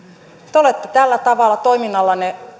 te olette tällä tavalla toiminnallanne